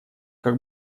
как